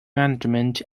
management